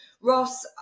Ross